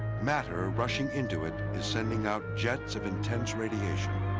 matter rushing into it is sending out jets of intense radiation.